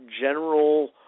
general